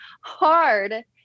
hard